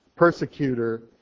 persecutor